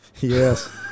Yes